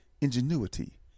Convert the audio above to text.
ingenuity